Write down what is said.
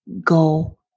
go